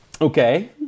Okay